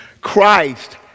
Christ